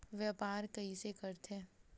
व्यापार कइसे करथे?